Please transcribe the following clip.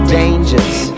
dangers